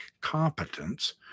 competence